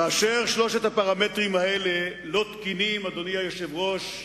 אדוני היושב-ראש,